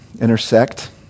intersect